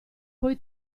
poi